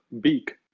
beak